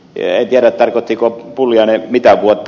en tiedä mitä vuotta ed